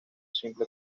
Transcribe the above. simple